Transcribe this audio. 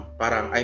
parang